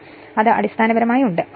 ഇവിടെ അത് അടിസ്ഥാനപരമായി ഉണ്ട്